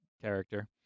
character